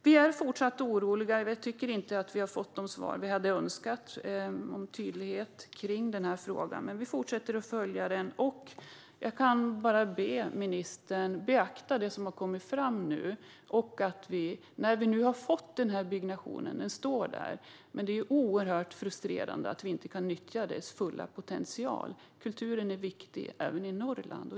Vi är fortfarande oroliga och tycker inte att vi har fått de svar vi hade önskat och en tydlighet i denna fråga. Men vi fortsätter att följa den. Jag kan bara be ministern att beakta det som har kommit fram. Nu har vi fått denna byggnation, och den står där. Men det är mycket frustrerande att vi inte kan nyttja dess fulla potential. Kulturen är viktig, även i Norrland.